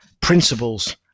principles